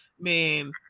Man